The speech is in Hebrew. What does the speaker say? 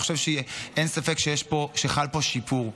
אני חושב שאין ספק שחל פה שיפור.